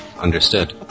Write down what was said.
understood